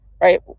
right